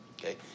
Okay